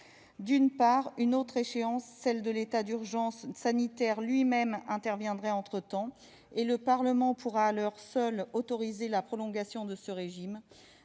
D'une part, une autre échéance, celle de l'état d'urgence sanitaire lui-même, interviendra entre-temps, et le Parlement pourra alors, seul, autoriser la prolongation de ce régime.